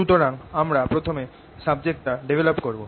সুতরাং আমরা প্রথমে সাবজেক্টটা ডেভেলপ করব